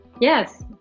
Yes